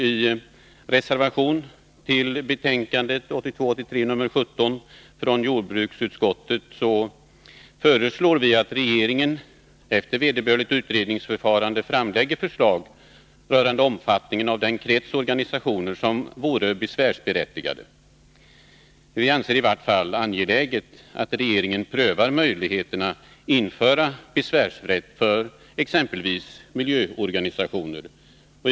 I reservation 1 till betänkande 1982/83:17 från jordbruksutskottet föreslås att regeringen, efter vederbörligt utredningsförfarande, framlägger förslag rörande omfattningen av den krets organisationer som vore besvärsberättigade. Vi anser det i vart fall angeläget att regeringen prövar möjligheterna att införa besvärsrätt för exempelvis miljöorganisationer.